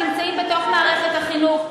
שנמצאים בתוך מערכת החינוך,